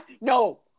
No